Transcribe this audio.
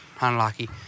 Unlucky